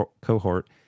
cohort